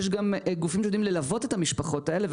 יש גם גופים שיודעים ללוות את המשפחות האלה,